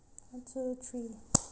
one two three